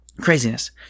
Craziness